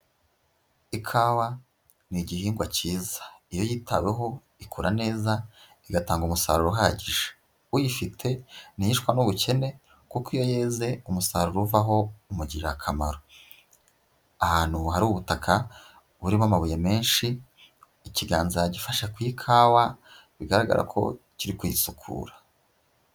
Ikawa ni igihingwa cyiza. Iyo yitaweho ikura neza, igatanga umusaruro uhagije. Uyifite ntiyicwa n'ubukene, kuko iyo yeze umusaruro uvaho, umugirira akamaro. Ahantu hari ubutaka burimo amabuye menshi, ikiganza gifashe ku ikawa, bigaragara ko, kiri kuyisukura.